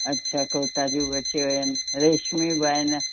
अच्छा कुर्ता बि अची विया आहिनि रेशमी बि आहिनि